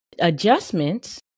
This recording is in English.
adjustments